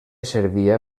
servia